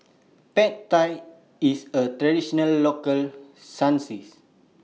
Pad Thai IS A Traditional Local Cuisine